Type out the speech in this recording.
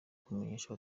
kumenyesha